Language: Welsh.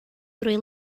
drwy